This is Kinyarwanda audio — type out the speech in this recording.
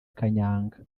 kanyanga